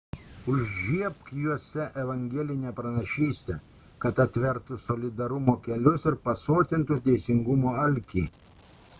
užžiebk juose evangelinę pranašystę kad atvertų solidarumo kelius ir pasotintų teisingumo alkį